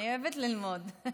אני אוהבת ללמוד.